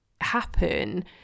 happen